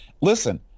listen